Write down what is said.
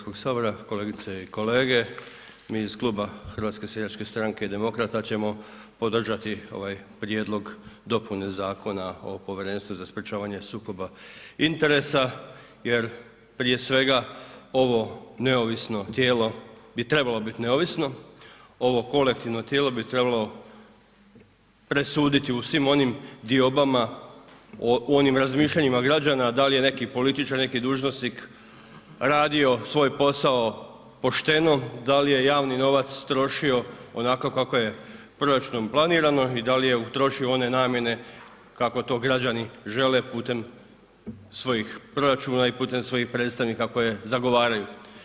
Kolegice i kolege, mi iz Kluba HSS-a i demokrata ćemo podržati ovaj prijedlog dopune zakona o Povjerenstvu za sprječavanje sukoba interesa jer prije svega ovo neovisno tijelo bi trebalo bit neovisno, ovo kolektivno tijelo bi trebalo presuditi u svim onim diobama, u onim razmišljanjima građana da li je neki političar, neki dužnosnik radio svoj posao pošteno, da li je javni novac trošio onako kako je proračunom planirano i da li je utrošio u one namjene kako to građani žele putem svojih proračuna i putem svojih predstavnika koje zagovaraju.